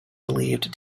believed